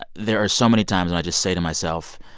ah there are so many times i just say to myself,